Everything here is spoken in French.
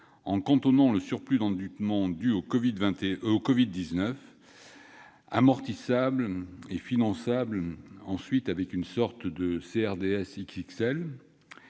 en cantonnant le surplus d'endettement dû au covid-19, amortissable et finançable avec une sorte de « CRDS XXL